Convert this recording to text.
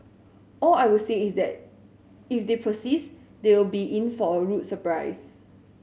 all I will say is that if they persist they will be in for a rude surprise